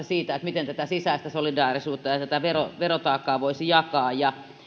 siitä miten tätä sisäistä solidaarisuutta voisi harjoittaa ja tätä verotaakkaa jakaa